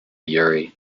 urry